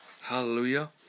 Hallelujah